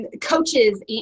coaches